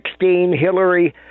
Hillary